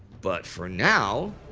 but for now,